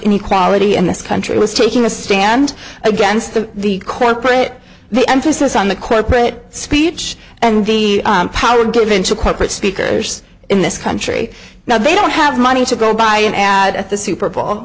inequality in this country was taking a stand against the the corporate the emphasis on the corporate speech and the power given to corporate speakers in this country now they don't have money to go buy an ad at the super bowl